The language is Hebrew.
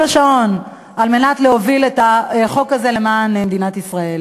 השעון על מנת להוביל את החוק הזה למען מדינת ישראל.